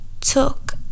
took